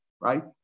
right